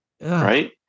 Right